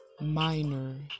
Minor